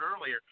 earlier